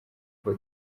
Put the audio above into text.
uko